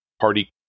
party